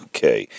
Okay